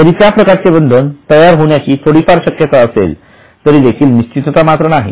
जरी त्या प्रकारचे बंधन तयार होण्याची थोडीफार शक्यता असेल तरीदेखील निश्चितता मात्र नाही